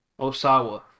Osawa